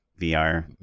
VR